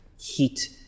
heat